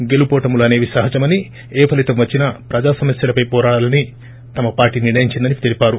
గెలుపోటములు అసేవి సహజమని ఏ ఫలితం వచ్చినా ప్రజా సమస్యలపై వోరాడాలని తమ పార్లీ నిర్ణయించిందని తెలిపారు